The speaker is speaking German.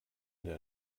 der